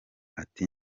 ati